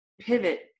pivot